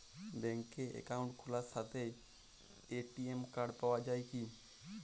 ব্যাঙ্কে অ্যাকাউন্ট খোলার সাথেই এ.টি.এম কার্ড পাওয়া যায় কি?